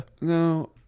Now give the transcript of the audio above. No